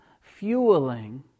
fueling